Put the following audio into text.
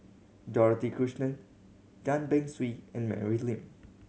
Dorothy Krishnan Tan Beng Swee and Mary Lim